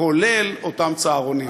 כולל אותם צהרונים.